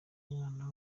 umwana